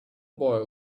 boy